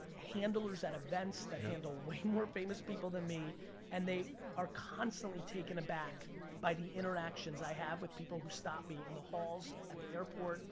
handlers at events that handle way more famous people than me and they are constantly taken aback by the interactions i have with people who stop me in the halls, at the airport,